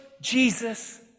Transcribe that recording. Jesus